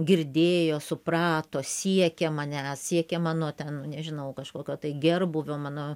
girdėjo suprato siekė manęs siekė mano ten nežinau kažkokio tai gerbūvio mano